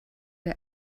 der